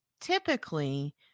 typically